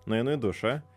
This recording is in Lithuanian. nueinu į dušą